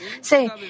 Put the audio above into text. Say